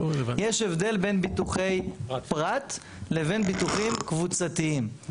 יש הבדל בין ביטוחי פרט לבין ביטוחים קבוצתיים.